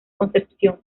concepción